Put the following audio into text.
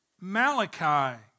Malachi